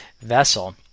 vessel